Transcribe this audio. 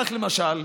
כך, למשל,